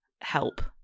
help